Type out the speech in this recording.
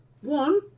one